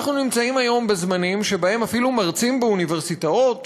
אנחנו נמצאים היום בזמנים שבהם אפילו מרצים באוניברסיטאות